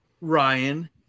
Ryan